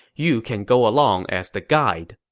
you can go along as the guide.